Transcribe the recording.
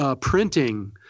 printing